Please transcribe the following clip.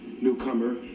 newcomer